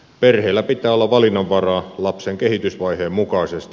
perheellä pitää olla valinnanvaraa lapsen kehitysvaiheen mukaisesti